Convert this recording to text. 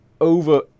over